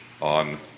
on